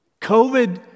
COVID